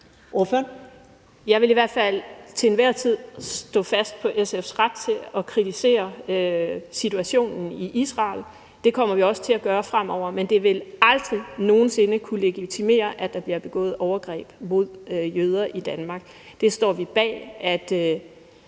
Jeg vil i hvert fald til enhver tid stå fast på SF's ret til at kritisere situationen i Israel. Det kommer vi også til at gøre fremover, men det vil aldrig nogen sinde kunne legitimere, at der bliver begået overgreb mod jøder i Danmark. Det står vi bag